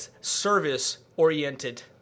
service-oriented